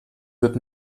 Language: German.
wird